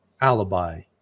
alibi